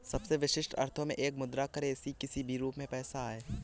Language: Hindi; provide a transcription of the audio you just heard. सबसे विशिष्ट अर्थों में एक मुद्रा करेंसी किसी भी रूप में पैसा है